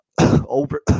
over